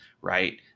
right